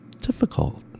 difficult